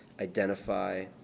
identify